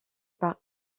par